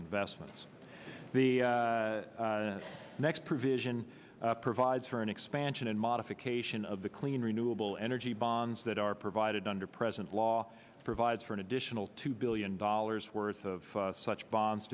investments the next provision provides for an expansion and modification of the clean renewable energy bonds that are provided under present law provides for an additional two billion dollars worth of such bo